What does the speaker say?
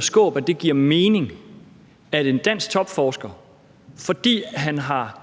Skaarup, det giver mening, at en dansk topforsker, fordi han har